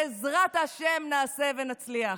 בעזרת השם, נעשה ונצליח.